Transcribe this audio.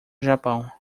japão